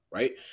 Right